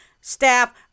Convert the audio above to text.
staff